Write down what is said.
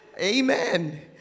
Amen